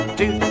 two